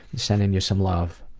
sending you some love.